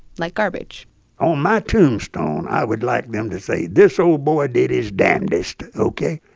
like garbage on my tombstone, i would like them to say, this old boy did his damnedest, ok?